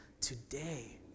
today